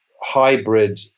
hybrid